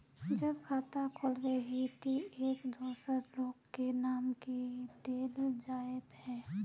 जब खाता खोलबे ही टी एक दोसर लोग के नाम की देल जाए है?